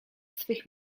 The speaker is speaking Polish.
swych